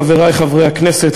חברי חברי הכנסת,